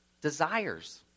desires